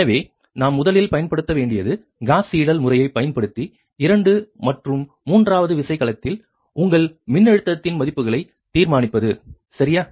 எனவே நாம் முதலில் பயன்படுத்த வேண்டியது காஸ் சீடெல் முறையைப் பயன்படுத்தி இரண்டு மற்றும் மூன்றாவது விசைக்கலத்தில் உங்கள் மின்னழுத்தத்தின் மதிப்புகளைத் தீர்மானிப்பது சரியா